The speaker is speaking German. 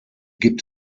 gibt